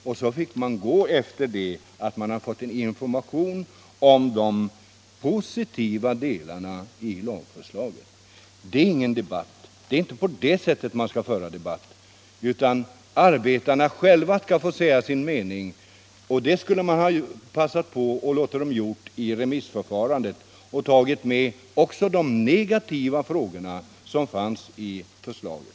Resultatet blev att det gavs en information om de positiva delarna i lagförslaget. Det är ingen debatt. Det är inte på det sättet man skall föra debatt, utan arbetarna själva skall få säga sin mening. Det skulle man ha passat på att låta dem göra i remissförfarandet, och där borde man ha tagit med också de negativa delarna av förslaget.